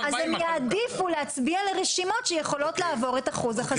אז הם יעדיפו להצביע לרשימות שיכולות לעבור את אחוז החסימה.